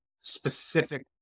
specific